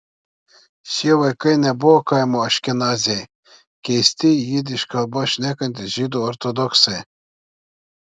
šie vaikai nebuvo kaimo aškenaziai keisti jidiš kalba šnekantys žydų ortodoksai